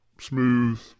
smooth